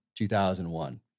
2001